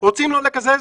רוצים לא לקזז?